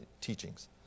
teachings